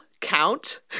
count